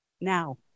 Now